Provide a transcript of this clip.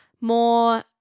more